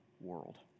world